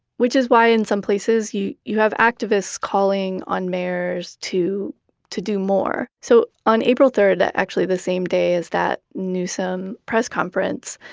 which is why in some places you you have activists calling on mayors to to do more. so, on april third, actually the same day as that newsom press conference,